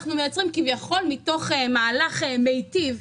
כביכול מתוך מהלך מיטיב,